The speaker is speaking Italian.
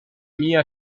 mia